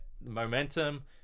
momentum